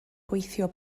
gweithio